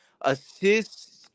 assists